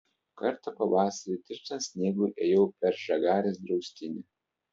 kartą pavasarį tirpstant sniegui ėjau per žagarės draustinį